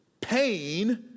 pain